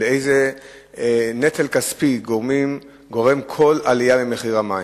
לאיזה נטל כספי גורמת כל עלייה במחיר המים.